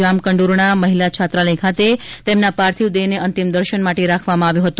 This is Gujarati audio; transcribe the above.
જામકંડોરણા મહિલા છાત્રાલય ખાતે તેમના પાર્થિવ દેહને અંતિમ દર્શન માટે રાખવામાં આવ્યો હતો